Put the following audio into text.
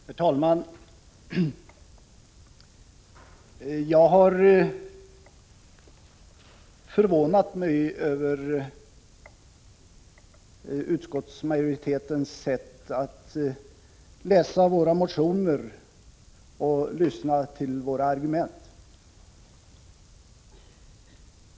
Herr talman! Jag har förvånat mig över utskottsmajoritetens sätt att läsa — 27 november 1985 våra motioner och lyssna till våra argument.